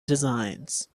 designs